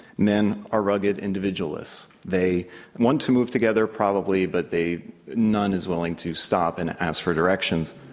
men are rugged individualists. they want to move together probably but they none is willing to stop and ask for directions.